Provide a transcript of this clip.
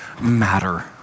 matter